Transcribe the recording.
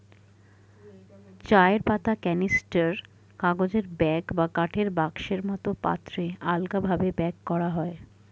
চায়ের পাতা ক্যানিস্টার, কাগজের ব্যাগ বা কাঠের বাক্সের মতো পাত্রে আলগাভাবে প্যাক করা হয়